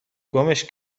گمش